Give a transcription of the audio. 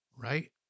right